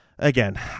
Again